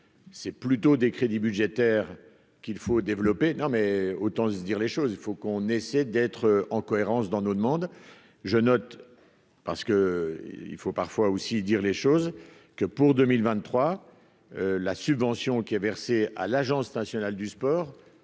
c'est plutôt des crédits budgétaires qu'il faut développer non mais autant se dire les choses, il faut qu'on essaie d'être en cohérence dans nos demandes, je note, parce que il faut parfois aussi dire les choses que pour 2023 la subvention qui a versé à l'Agence nationale du sport